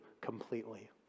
completely